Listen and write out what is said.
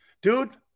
Dude